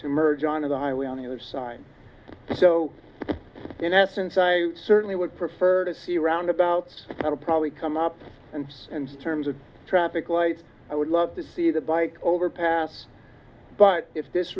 to merge onto the highway on the other side so in essence i certainly would prefer to see roundabouts probably come up and and terms of traffic lights i would love to see the bike overpass but if this